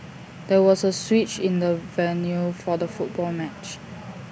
there was A switch in the venue for the football match